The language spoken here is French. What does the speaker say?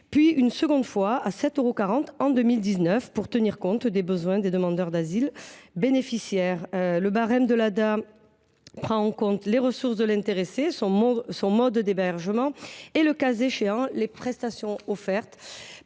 euros en 2017, puis à 7,40 euros en 2019, pour tenir compte des besoins des demandeurs d’asile bénéficiaires. Le barème de l’ADA prend en compte « les ressources de l’intéressé, son mode d’hébergement et, le cas échéant, les prestations offertes